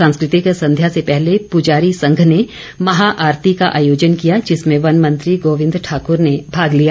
सांस्कृतिक संध्या से पहले प्रजारी संघ ने महा आरती का आयोजन किया जिसमें वन मंत्री गोविंद ठाकुर ने भाग लिया